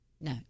No